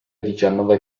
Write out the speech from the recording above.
diciannove